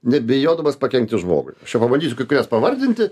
nebijodamas pakenkti žmogui aš čia pabandysiu kai kurias pavardinti